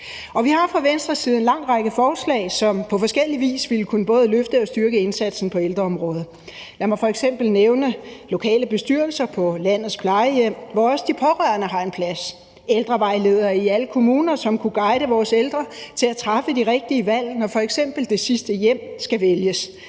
Vi har fra Venstres side en lang række forslag, som på forskellig vis ville både løfte og styrke indsatsen på ældreområdet. Lad mig f.eks. nævne lokale bestyrelser på landets plejehjem, hvor også de pårørende har en plads; ældrevejledere i alle kommuner, som kunne guide vores ældre til at træffe de rigtige valg, når f.eks. det sidste hjem skal vælges;